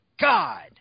god